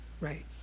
right